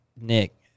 Nick